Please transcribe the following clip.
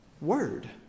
word